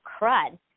crud